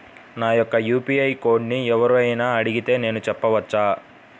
నా యొక్క యూ.పీ.ఐ కోడ్ని ఎవరు అయినా అడిగితే నేను చెప్పవచ్చా?